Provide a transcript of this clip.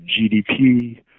GDP